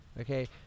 Okay